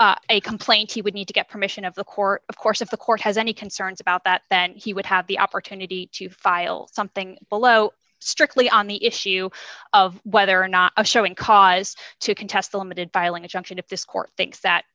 a complaint he would need to get permission of the court of course if the court has any concerns about that that he would have the opportunity to file something below strictly on the issue of whether or not a showing cause to contest a limited filing a junction if this court thinks that